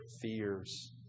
fears